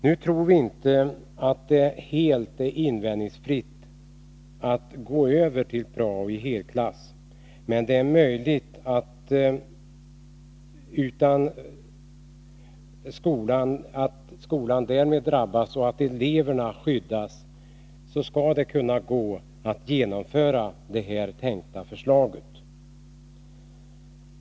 Nu tror vi inte att det är helt invändningsfritt att gå över till prao i helklass, men det är möjligt att genomföra förslaget utan att skolan och därmed eleverna kommer att allvarligt drabbas.